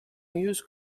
use